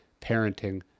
parenting